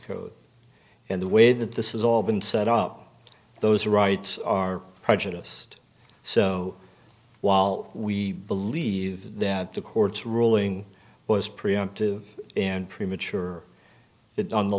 code in the way that this is all been set up those rights are prejudiced so while we believe that the court's ruling was preemptive and premature that on the